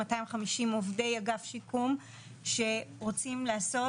250 עובדי אגף שיקום שרוצים לעשות